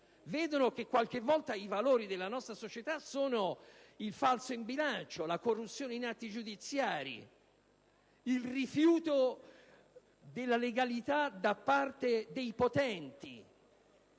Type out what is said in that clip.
Vedono che qualche volta i valori della nostra società sono il falso in bilancio, la corruzione in atti giudiziari, il rifiuto della legalità da parte dei potenti